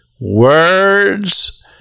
Words